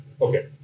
Okay